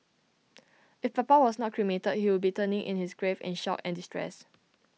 if papa was not cremated he would be turning in his grave in shock and distress